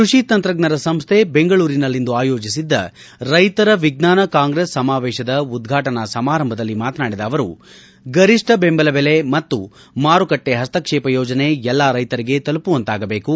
ಕ್ರಷಿ ತಂತ್ರಜ್ಞರ ಸಂಸ್ನ ಬೆಂಗಳೂರಿನಲ್ಲಿಂದು ಆಯೋಜಿಸಿದ್ದ ರೈತರ ವಿಜ್ಞಾನ ಕಾಂಗ್ರೆಸ್ ಸಮಾವೇಶದ ಉದ್ರಾಟನಾ ಸಮಾರಂಭದಲ್ಲಿ ಮಾತನಾಡಿದ ಅವರು ಗರಿಷ್ಠ ಬೆಂಬಲ ಬೆಲೆ ಮತ್ತು ಮಾರುಕಟ್ಟೆ ಪಸ್ತಕ್ಷೇಪ ಯೋಜನೆ ಎಲ್ಲ ರೈತರಿಗೆ ತಲುಪುವಂತಾಗಬೇಕು